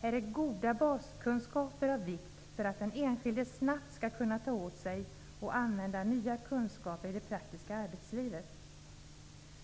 Här är goda baskunskaper av vikt för att den enskilde snabbt skall kunna ta åt sig och använda nya kunskaper i det praktiska arbetslivet.